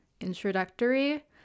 introductory